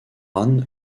ran